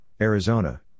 Arizona